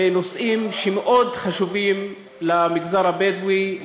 בנושאים שמאוד חשובים למגזר הבדואי,